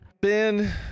Ben